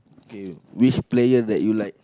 K which player that you like